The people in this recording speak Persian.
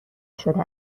شده